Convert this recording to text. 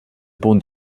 punt